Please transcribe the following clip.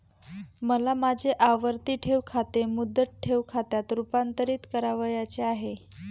मला माझे आवर्ती ठेव खाते मुदत ठेव खात्यात रुपांतरीत करावयाचे आहे